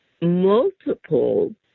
multiple